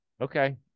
Okay